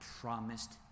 promised